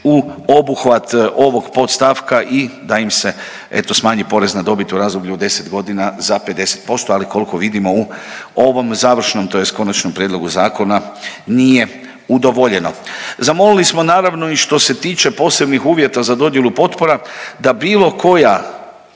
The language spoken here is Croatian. u obuhvat ovog podstavka i da im se eto smanji porez na dobit u razdoblju od 10.g. za 50%, ali kolko vidimo u ovom završnom tj. konačnom prijedlogu zakona nije udovoljeno. Zamolili smo naravno i što se tiče posebnih uvjeta za dodjelu potpora da bilo koja